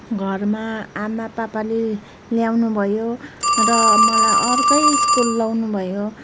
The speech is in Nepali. घरमा आमा पापाले ल्याउनुभयो र मलाई अर्कै स्कुल लगाउनुभयो